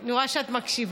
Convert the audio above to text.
אני רואה שאת מקשיבה.